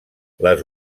les